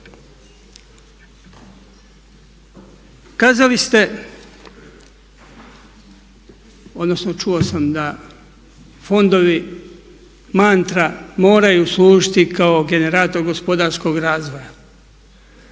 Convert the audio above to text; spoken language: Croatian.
Kazali ste odnosno čuo sam da fondovi mantra moraju služiti kao generator gospodarskog razvoja.